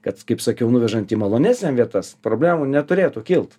kad kaip sakiau nuvežant į malonesnę vietas problemų neturėtų kilt